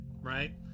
right